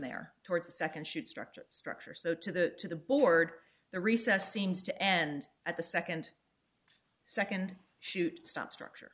there towards the second shoot structure structure so to the board the recess seems to end at the second second shoot stop structure